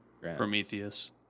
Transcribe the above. Prometheus